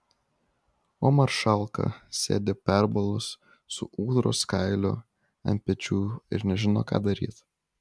o maršalka sėdi perbalus su ūdros kailiu ant pečių ir nežino ką daryti